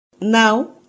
Now